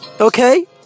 Okay